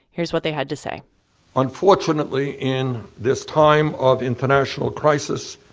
here's what they had to say unfortunately, in this time of international crisis,